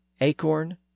acorn